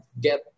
get